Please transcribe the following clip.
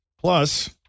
Plus